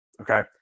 okay